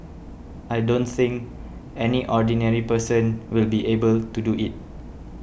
I don't think any ordinary person will be able to do it